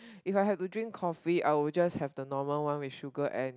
if I have to drink coffee I will just have the normal one with sugar and